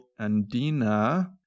Andina